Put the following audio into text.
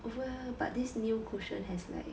over but this new cushion has like